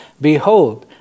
Behold